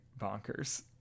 bonkers